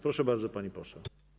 Proszę bardzo, pani poseł.